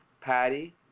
Patty